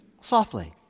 softly